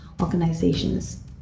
organizations